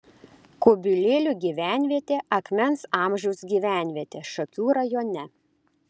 kubilėlių gyvenvietė akmens amžiaus gyvenvietė šakių rajone